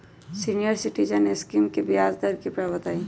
senior citizen scheme के ब्याज दर कृपया बताईं